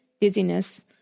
dizziness